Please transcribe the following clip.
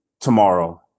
tomorrow